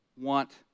want